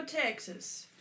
Texas